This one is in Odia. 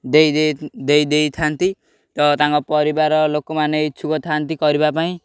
ଦେଇ ଦେଇ ଦେଇ ଦେଇଥାନ୍ତି ତ ତାଙ୍କ ପରିବାର ଲୋକମାନେ ଇଚ୍ଛୁକ ଥାନ୍ତି କରିବା ପାଇଁ